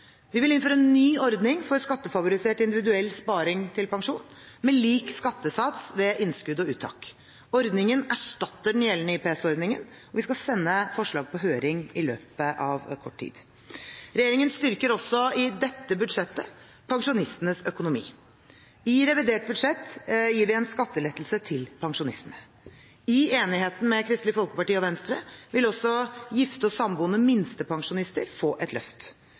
Vi vil innføre en ny ordning for skattefavorisert individuell sparing til pensjon, med lik skattesats ved innskudd og uttak. Ordningen erstatter den gjeldende IPS-ordningen, og vi skal sende et forslag på høring i løpet av kort tid. Regjeringen styrker også i dette budsjettet pensjonistenes økonomi. I revidert budsjett gir vi en skattelettelse til pensjonistene. I enigheten med Kristelig Folkeparti og Venstre vil også gifte og samboende minstepensjonister få et løft.